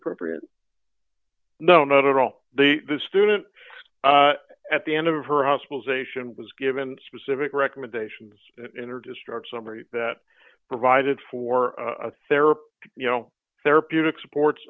appropriate no not at all the student at the end of her hospitalization was given specific recommendations in her district summary that provided for therapy you know therapeutic supports